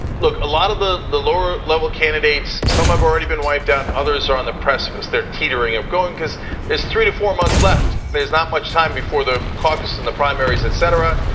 look, a lot of the the lower-level candidates, some have already been wiped out, others are on the precipice, they're teetering of going. cuz there's three to four months left, there's not much time before the caucus and the primaries, etc.